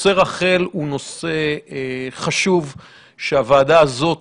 נושא רח"ל הוא נושא חשוב שהוועדה הזאת